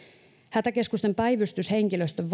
hätäkeskusten päivystyshenkilöstön